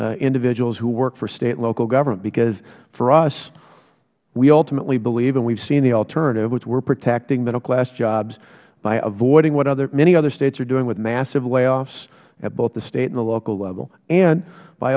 individuals who work for state and local government because for us we ultimately believe and we have seen the alternative we are protecting middle class jobs by avoiding what many other states are doing with massive layoffs at both the state and local level and b